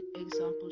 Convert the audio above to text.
example